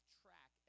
track